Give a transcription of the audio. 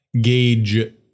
gauge